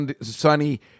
sunny